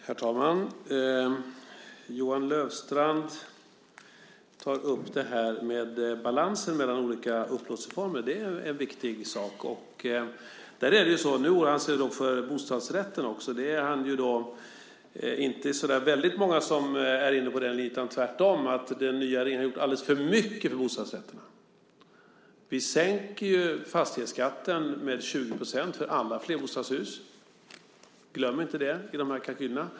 Herr talman! Johan Löfstrand tar upp balansen mellan olika upplåtelseformer. Det är en viktig sak. Nu oroar han sig för bostadsrätten också - det är inte så väldigt många som är inne på den linjen, utan tvärtom tycker många att den nya regeringen har gjort alldeles för mycket för bostadsrätterna. Vi sänker ju fastighetsskatten med 20 % för alla flerbostadshus. Glöm inte det i kalkylerna.